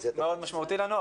זה מאוד משמעותי לנו,